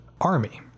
army